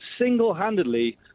single-handedly